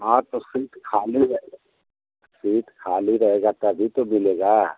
हाँ तो सीट खाली रहे सीट खाली रहेगा तभी तो मिलेगा